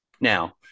Now